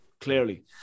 clearly